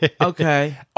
okay